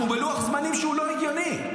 אנחנו בלוח זמנים שהוא לא הגיוני.